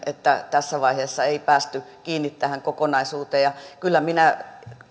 että tässä vaiheessa ei päästy kiinni tähän kokonaisuuteen kyllä minä